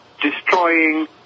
destroying